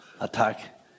attack